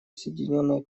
соединенное